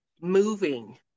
Moving